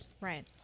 Right